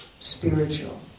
spiritual